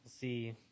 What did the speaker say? see